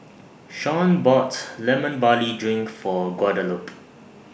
Sean bought Lemon Barley Drink For Guadalupe